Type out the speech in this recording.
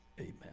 amen